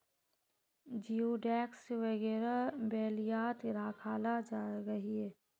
जिओडेक्स वगैरह बेल्वियात राखाल गहिये